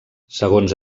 segons